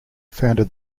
founded